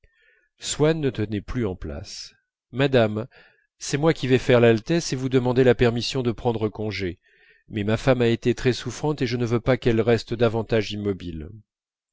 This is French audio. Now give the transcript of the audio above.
swann ne tenait plus en place madame c'est moi qui vais faire l'altesse et vous demander la permission de prendre congé mais ma femme a été très souffrante et je ne veux pas qu'elle reste davantage immobile